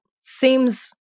seems